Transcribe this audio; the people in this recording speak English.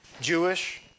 Jewish